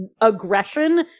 aggression